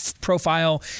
profile